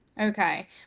Okay